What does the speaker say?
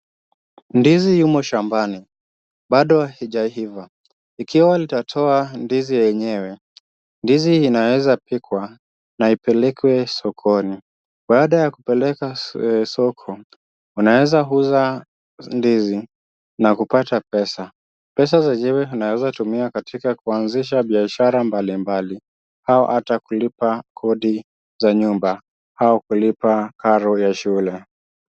Ndizi imo shambani, bado haijaiva. Ikiwa litatowa ndizi yenyewe. Ndizi inawezapikwa na ipelekwe sokoni. Baada ya kupeleka soko, unawezauza ndizi na kupata pesa. Pesa zenyewe unawezatumia katika kuanzisha biashara mbalimbali, au hata kulipa kodi za nyumba, au kulipa karo ya shule.